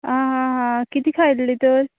आ हा हा कितें खाल्लें तर